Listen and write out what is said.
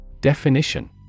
Definition